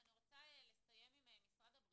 אני רוצה לסיים עם משרד הבריאות.